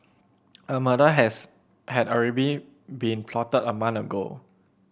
a murder has had already been plotted a month ago